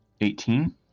Eighteen